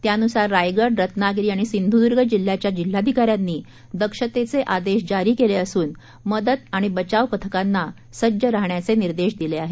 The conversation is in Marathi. त्यानुसार रायगड रत्नागिरी आणि सिंधुदुर्ग जिल्ह्याच्या जिल्ह्याधिकाऱ्यांनी दक्षतेचे आदेश जारी केले असून मदत आणि बचाव पथकांना सज्ज राहण्याचे निर्देश दिले आहेत